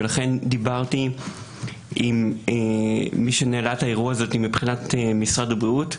ולכן דיברתי עם מי שניהלה את האירוע הזה מבחינת משרד הבריאות,